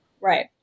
right